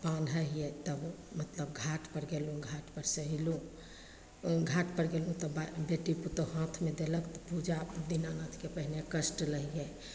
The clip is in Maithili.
तब बान्है हिए तब मतलब घाटपर गेलहुँ घाटपरसे अएलहुँ घाटपर गेलहुँ तऽ बेटी पुतौह हाथमे देलक तऽ पूजा दीनानाथके पहिले कष्ट लै हिए